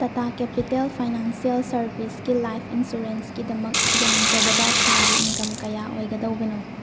ꯇꯇꯥ capital financial ꯁꯥꯔꯚꯤꯁꯀꯤ life ꯏꯟꯁꯨꯔꯦꯟꯁꯀꯤꯗꯃꯛ ꯌꯥꯝꯗ꯭ꯔꯕꯗ ꯊꯥꯒꯤ ꯏꯟꯀꯝ ꯀꯌꯥ ꯑꯣꯏꯒꯗꯧꯕꯅꯣ